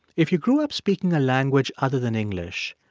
if you grew up speaking a language other than english,